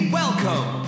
welcome